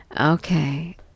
Okay